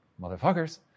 motherfuckers